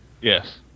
Yes